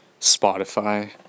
Spotify